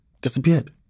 disappeared